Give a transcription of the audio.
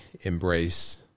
embrace